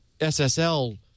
SSL